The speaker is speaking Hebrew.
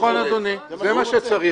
נכון, אדוני, זה מה שצריך.